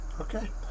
Okay